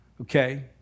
okay